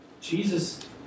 Jesus